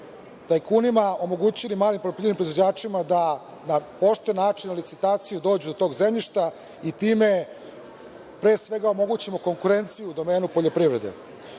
tajkunima omogućili malim poljoprivrednim proizvođačima da na pošten način, na licitaciji dođu do tog zemljišta i time pre svega omogućimo konkurenciju u domenu poljoprivrede. Prvi